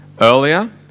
Earlier